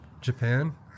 Japan